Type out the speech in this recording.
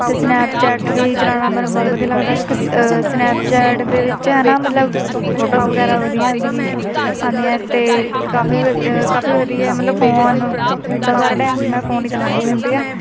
ਅਤੇ ਸਨੈਪਚੈਟ ਵੀ ਚਲਾਉਣਾ ਮੈਨੂੰ ਬਹੁਤ ਵਧੀਆ ਲੱਗਦਾ ਕਿਉਂਕਿ ਸ ਸਨੈਪਚੈਟ ਦੇ ਵਿੱਚ ਹੈ ਨਾ ਮਤਲਬ ਫੋਟੋਸ ਵਗੈਰਾ ਵਧੀਆ ਆਉਂਦੀ ਆਉਂਦੀਆਂ ਅਤੇ ਕਾਫੀ ਵ ਕਾਫੀ ਵਧੀਆ ਮਤਲਬ ਫੋਨ 'ਚ ਸਾਰਾ ਟਾਈਮ ਮੈਂ ਫੋਨ ਹੀ ਚਲਾਉਂਦੀ ਰਹਿੰਦੀ ਹਾਂ